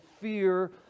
fear